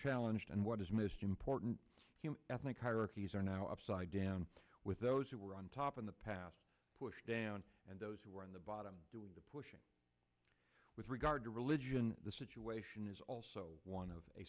challenged and what is missed important ethnic hierarchies are now upside down with those who were on top in the past pushed down and those who are on the bottom doing the pushing with regard to religion the situation is also one of a